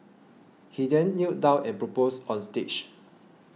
he then knelt down and proposed on stage